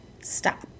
stop